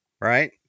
right